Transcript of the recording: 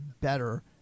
better